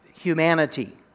humanity